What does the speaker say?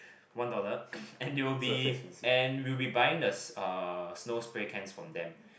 one dollar and they'll be and we'll be buying the s~ uh snow spray cans from them